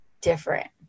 different